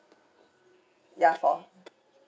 ya four